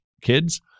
Kids